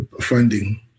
funding